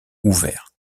ouvert